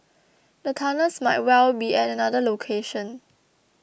the tunnels might well be at another location